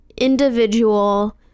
individual